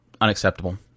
Unacceptable